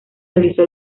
realizó